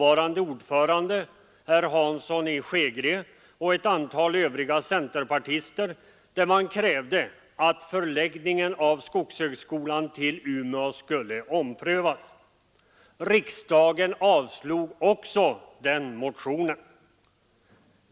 andra centerpartister, där man krävde att förläggningen av skogshögskolan till Umeå skulle omprövas. Riksdagen avslog också den motionen.